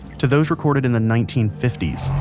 to those recorded in the nineteen fifty s.